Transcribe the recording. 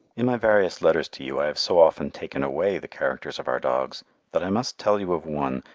in my various letters to you i have so often taken away the characters of our dogs that i must tell you of one,